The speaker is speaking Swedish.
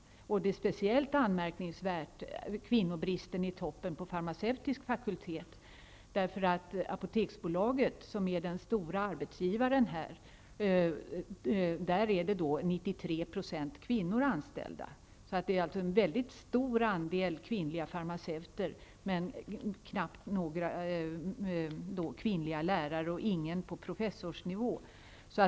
Kvinnobristen är speciellt anmärkningsvärd i toppen på den farmaceutiska fakulteten, då Apoteksbolaget, som är den stora arbetsgivaren, har 93 % kvinnor anställda. Det finns alltså en stor andel kvinnliga farmaceuter men knappt några kvinnliga lärare och inte någon på kvinna på professorsnivå.